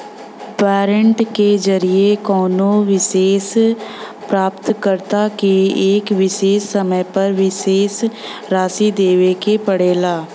warrant के जरिये कउनो विशेष प्राप्तकर्ता के एक विशेष समय पर विशेष राशि देवे के पड़ला